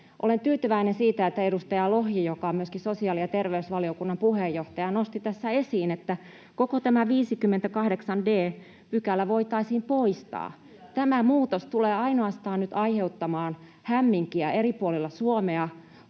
Olen tyytyväinen siitä, että edustaja Lohi, joka on myöskin sosiaali‑ ja terveysvaliokunnan puheenjohtaja, nosti tässä esiin, että koko 58 d § voitaisiin poistaa. [Leena Meri: Kyllä!] Tämä muutos tulee nyt ainoastaan aiheuttamaan hämminkiä eri puolilla Suomea,